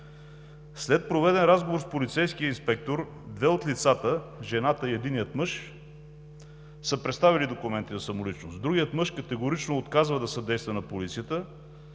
След проведен разговор с полицейския инспектор две от лицата – жената и единият мъж, са представили документи за самоличност. Другият мъж категорично отказал да съдейства на полицията,